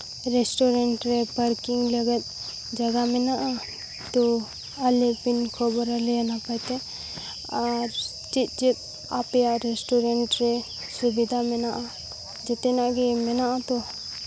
restaurant ᱨᱮ parking ᱞᱟᱹᱜᱤᱫ ᱡᱟᱭᱜᱟ ᱢᱮᱱᱟᱜᱼᱟ ᱛᱚ ᱟᱞᱮ ᱵᱤᱱ ᱠᱷᱚᱵᱚᱨᱟᱞᱮᱭᱟ ᱱᱟᱯᱟᱭ ᱛᱮ ᱟᱨ ᱪᱮᱫᱼᱪᱮᱫ ᱟᱯᱮᱭᱟᱜ ᱨᱮᱥᱴᱩᱨᱮᱱᱴ ᱨᱮ ᱥᱩᱵᱤᱫᱷᱟ ᱢᱮᱱᱟᱜᱼᱟ ᱡᱚᱛᱚᱱᱟᱜ ᱜᱮ ᱢᱮᱱᱟᱜᱼᱟ ᱛᱚ